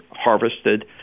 harvested